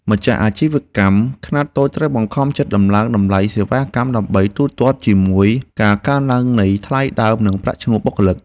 ម្ចាស់អាជីវកម្មខ្នាតតូចត្រូវបង្ខំចិត្តដំឡើងតម្លៃសេវាកម្ម ដើម្បីទូទាត់ជាមួយការកើនឡើងនៃថ្លៃដើមនិងប្រាក់ឈ្នួលបុគ្គលិក។